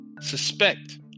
suspect